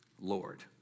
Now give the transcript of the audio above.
Lord